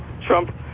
Trump